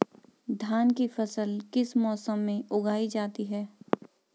धान की फसल किस मौसम में उगाई जाती है?